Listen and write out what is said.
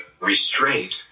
restraint